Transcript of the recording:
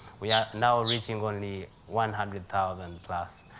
we are now reaching only one hundred thousand plus.